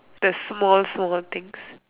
the small small things